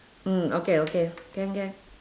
mm okay okay can can